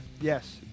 Yes